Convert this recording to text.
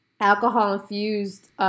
alcohol-infused